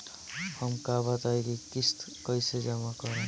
हम का बताई की किस्त कईसे जमा करेम?